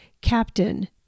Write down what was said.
Captain